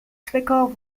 zwickau